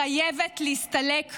חייבת להסתלק מחיינו.